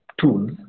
tools